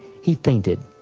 he fainted.